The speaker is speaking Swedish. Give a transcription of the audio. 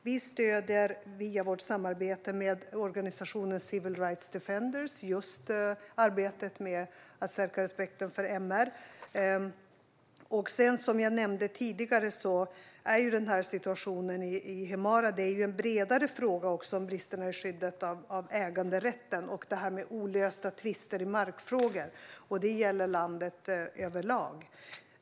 Vi stöder via vårt samarbete med organisationen Civil Rights Defenders arbetet med att säkra respekten för MR. Som jag nämnde tidigare är situationen i Himarë en bredare fråga också om bristerna i skyddet av äganderätten och olösta tvister i markfrågor. Det gäller landet överlag.